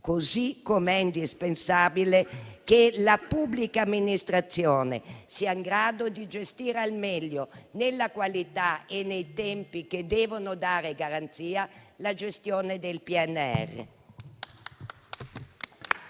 Così com'è indispensabile che la pubblica amministrazione sia in grado di gestire al meglio, nella qualità e nei tempi che devono dare garanzia, la gestione del PNRR.